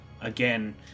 again